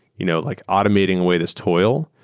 you know like automating away this toil.